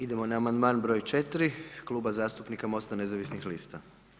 Idemo na amandman broj 3 Kluba zastupnika Mosta nezavisnih lista.